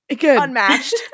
unmatched